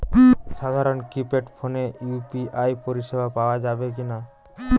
সাধারণ কিপেড ফোনে ইউ.পি.আই পরিসেবা পাওয়া যাবে কিনা?